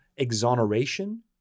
exoneration